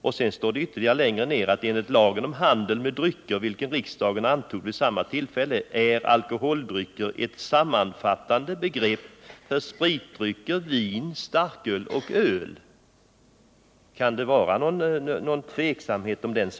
Längre ner på samma sida står det: ”Enligt lagen om handel med drycker, vilken riksdagen antog vid samma tillfälle, är alkoholdrycker ett sammanfattande begrepp för spritdrycker, vin, starköl och öl.” Kan det råda någon tveksamhet om vad som avses?